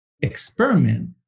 experiment